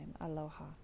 Aloha